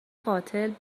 قاتل